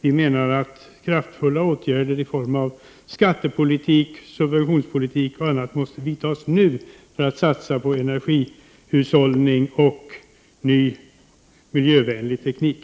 Vi menar att kraftfulla åtgärder i form av skattepolitik, subventionspolitik och annat måste vidtas nu för att man skall kunna satsa på energihushållning och ny miljövänlig teknik.